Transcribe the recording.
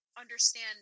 understand